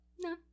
No